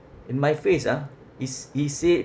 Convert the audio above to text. in my face ah he's he said